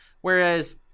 whereas